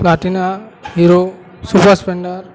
Platina hero super splendor